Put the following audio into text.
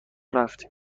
رفتیم